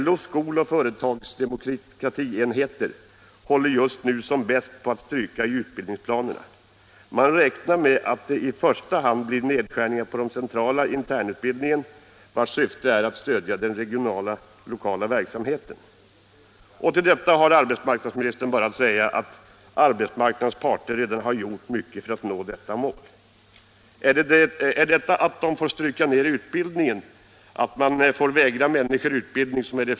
LO:s skol och företagsdemokratienheter håller nu som bäst på med att stryka i utbildningsplanerna. Man räknar med att det i första hand blir nedskärningar på den centrala internatutbildningen, vars syfte är att stödja den regionala och lokala verksamheten.” Till detta har arbetsmarknadsministern bara att säga att arbetsmarknadens parter redan har gjort mycket för att nå detta mål. Är den fina insatsen detta att de får stryka ned utbildningen, att de får vägra människor utbildning?